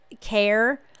care